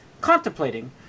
contemplating